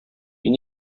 you